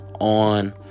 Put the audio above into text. on